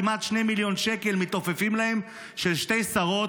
כמעט 2 מיליון שקל מתעופפים להם על שתי שרות,